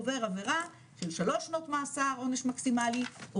עובר עבירה של 3 שנות מאסר עונש מקסימלי או